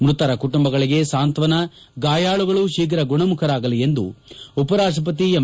ಮ್ಬತರ ಕುಟುಂಬಗಳಿಗೆ ಸಾಂತ್ಯನ ಗಾಯಾಳುಗಳು ಶೀಘ್ರ ಗುಣಮುಖರಾಗಲಿ ಎಂದು ಉಪರಾಷ್ಷಪತಿ ಎಂ